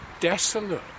desolate